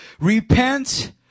Repent